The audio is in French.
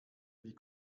vie